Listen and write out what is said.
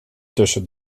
tussen